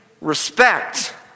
respect